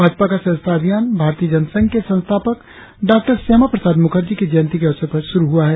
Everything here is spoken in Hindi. भाजपा का सदस्यता अभियान भारतीय जनसंघ के संस्थापक डॉ श्यामा प्रसाद मुखर्जी की जयंती के अवसर पर शुरु हुआ है